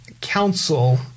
council